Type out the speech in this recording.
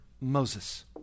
Moses